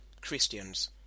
Christians